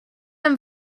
him